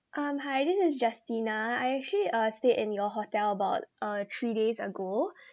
um hi this is justina I actually uh stayed in your hotel about uh three days ago